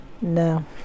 No